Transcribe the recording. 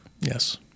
Yes